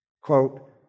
Quote